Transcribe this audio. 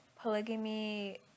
polygamy